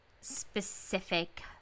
specific